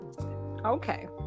okay